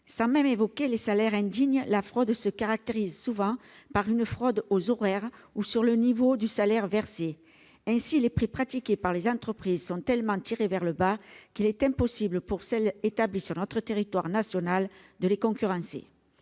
Sans même évoquer les salaires indignes, la fraude se caractérise souvent par une fraude aux horaires ou sur le niveau du salaire versé. Ainsi, les prix pratiqués par les entreprises sont tellement tirés vers le bas qu'il est impossible pour les entreprises établies sur notre territoire national de les concurrencer.